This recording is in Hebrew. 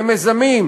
למיזמים,